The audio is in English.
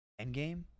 Endgame